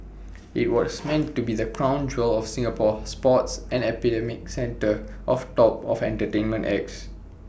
IT was meant to be the crown jewel of Singapore sports and the epicentre of top entertainment acts